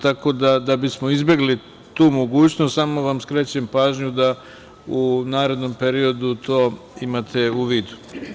Tako da bismo izbegli tu mogućnost, samo vam skrećem pažnju da u narednom periodu to imate u vidu.